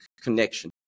connection